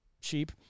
cheap